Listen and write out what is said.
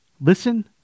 Listen